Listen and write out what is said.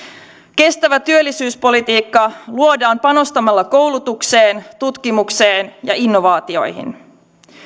kestävä työllisyyspolitiikka luodaan panostamalla koulutukseen tutkimukseen ja innovaatioihin